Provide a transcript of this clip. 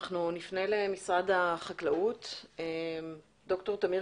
נפנה למשרד החקלאות, ד"ר תמיר